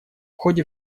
ходе